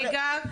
רגע.